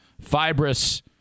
fibrous